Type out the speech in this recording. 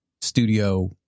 studio